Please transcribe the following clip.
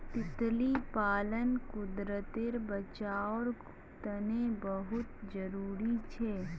तितली पालन कुदरतेर बचाओर तने बहुत ज़रूरी छे